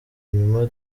nyuma